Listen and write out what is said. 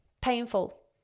painful